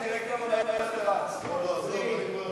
ההצעה להעביר את הצעת חוק למניעת העסקה של עברייני מין במוסדות